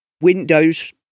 Windows